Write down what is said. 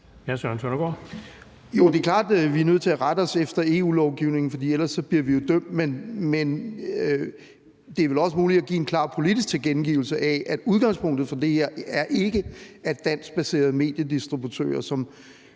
Søren Søndergaard (EL): Jo, det er klart, at vi er nødt til at rette os efter EU-lovgivningen, for ellers bliver vi jo dømt. Men det er vel også muligt at give en klar politisk tilkendegivelse af, at udgangspunktet for det her ikke er, at danskbaserede mediedistributører, som